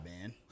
man